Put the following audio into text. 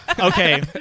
Okay